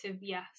yes